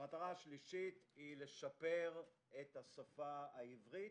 המטרה השלישית היא לשפר את השפה העברית,